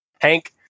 Hank